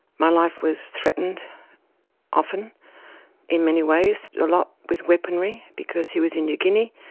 my life was threatened often in many ways, a lot with weaponry because he was in new guinea,